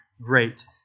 great